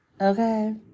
Okay